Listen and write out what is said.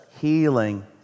healing